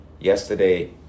yesterday